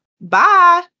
Bye